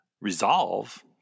Resolve